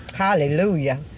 Hallelujah